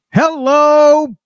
Hello